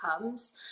comes